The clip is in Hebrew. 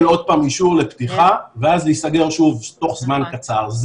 עוד פעם אישור לפתיחה ואז להיסגר שוב תוך זמן קצר.